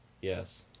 Yes